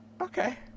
Okay